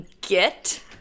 get